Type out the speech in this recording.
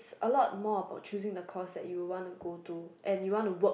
a lot more about choosing the course that you will want to go to and you want to work